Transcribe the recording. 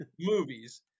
movies